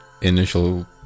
initial